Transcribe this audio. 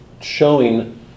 showing